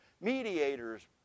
mediators